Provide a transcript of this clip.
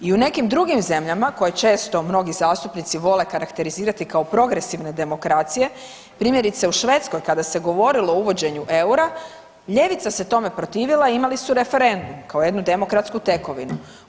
I u nekim drugim zemljama koje često mnogi zastupnici vole karakterizirati kao progresivne demokracije, primjerice u Švedskoj kada se govorilo o uvođenju eura ljevica se tome protivila i imali su referendum kao jednu demokratsku tekovinu.